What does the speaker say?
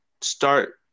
start